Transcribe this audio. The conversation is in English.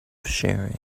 sharing